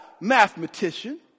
mathematician